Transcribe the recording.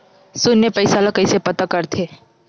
शून्य पईसा ला कइसे पता करथे?